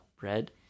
Red